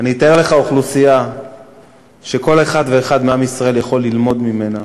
אני אתאר לך אוכלוסייה שכל אחד ואחד מעם ישראל יכול ללמוד ממנה